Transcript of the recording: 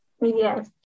Yes